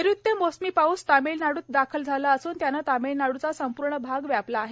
नैऋत्य मोसमी पाऊस तामिळनाडूत दाखल झाला असून त्यानं तामिळनाडूचा संपूर्ण भाग व्यापला आहे